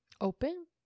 open